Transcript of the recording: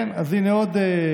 כן, אז הינה עוד חידה.